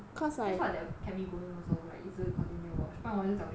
that's what they kept me going also like 一直 continue watch 不然我就早就 stop 了